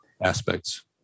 aspects